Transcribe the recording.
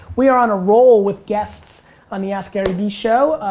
we are on a roll with guests on the askgaryvee show,